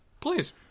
please